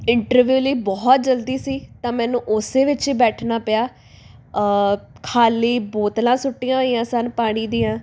interview ਲਈ ਬਹੁਤ ਜਲਦੀ ਸੀ ਤਾਂ ਮੈਨੂੰ ਉਸ ਵਿੱਚ ਹੀ ਬੈਠਣਾ ਪਿਆ ਖਾਲੀ ਬੋਤਲਾਂ ਸੁੱਟੀਆਂ ਹੋਈਆਂ ਸਨ ਪਾਣੀ ਦੀਆਂ